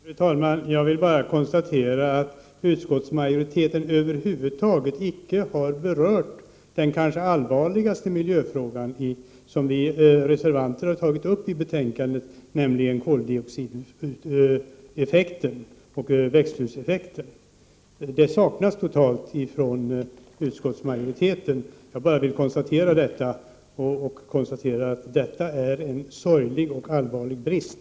Fru talman! Jag vill bara konstatera att utskottsmajoriteten över huvud taget icke har berört den kanske allvarligaste miljöfråga som vi reservanter har tagit upp, nämligen koldioxidutsläppen och växthuseffekten. Det är en sorglig och allvarlig brist att den frågan totalt saknas i betänkandet.